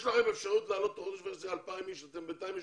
יש לכם אפשרות להעלות 2,000 אנשים ובינתיים יש